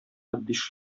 биш